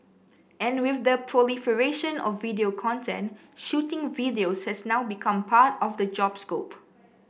and with the proliferation of video content shooting videos has now become part of the job scope